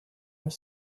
are